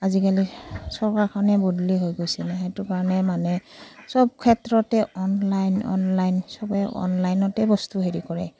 আজিকালি চৰকাৰখনে বদলি হৈ গৈছে সেইটো কাৰণে মানে চব ক্ষেত্ৰতে অনলাইন অনলাইন চবেই অনলাইনতে বস্তু হেৰি কৰে